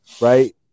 right